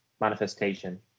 manifestation